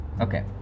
Okay